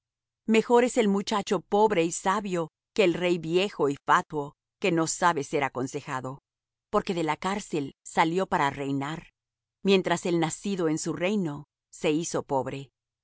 mejor es el muchacho pobre y sabio que el rey viejo y fatuo que no sabe ser aconsejado porque de la cárcel salió para reinar mientras el nacido en su reino se hizo pobre